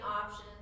options